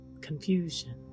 confusion